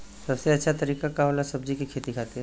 सबसे अच्छा तरीका का होला सब्जी के खेती खातिर?